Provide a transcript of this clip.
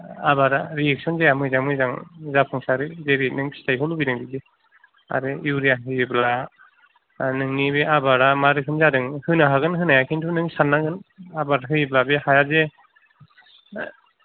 आबादआ रियेक्सन जाया मोजाङै मोजां जाफुंसारो जेरै नों फिथाइखौ लुबैदों बिदि आरो इउरिया होयोब्ला नोंनि बे आबादआ मा रोखोम जादों होनो हागोन होनाया किन्तु नों सान्नांगोन आबाद होयोब्ला बे हाया जे